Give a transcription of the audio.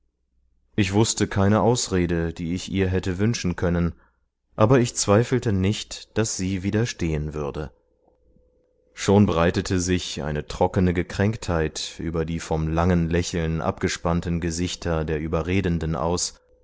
ich wußte keine ausrede die ich ihr hätte wünschen können aber ich zweifelte nicht daß sie widerstehen würde schon breitete sich eine trockene gekränktheit über die vom langen lächeln abgespannten gesichter der überredenden aus